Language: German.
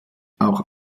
auch